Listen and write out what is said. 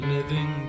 Living